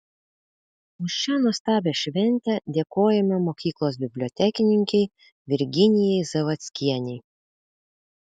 už šią nuostabią šventę dėkojame mokyklos bibliotekininkei virginijai zavadskienei